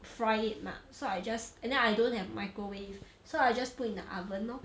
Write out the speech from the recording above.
fry it mah so I just and then I don't have microwave so I just put in the oven lor